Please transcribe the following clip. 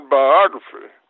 biography